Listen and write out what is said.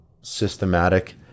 systematic